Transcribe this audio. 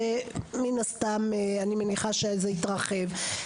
ומן הסתם אני מניחה שזה התרחב.